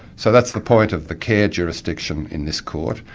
so that's the point of the care jurisdiction in this court.